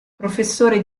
professore